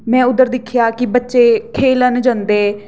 में उद्धर दिक्खेआ कि बच्चे खेलन जंदे